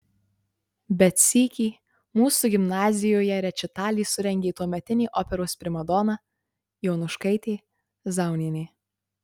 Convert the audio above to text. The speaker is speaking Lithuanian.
bet sykį mūsų gimnazijoje rečitalį surengė tuometinė operos primadona jonuškaitė zaunienė